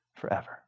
forever